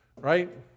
Right